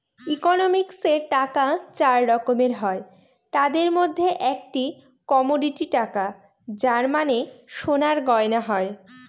ইকোনমিক্সে টাকা চার রকমের হয় তাদের মধ্যে একটি কমোডিটি টাকা যার মানে সোনার গয়না হয়